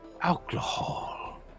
alcohol